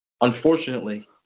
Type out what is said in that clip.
Unfortunately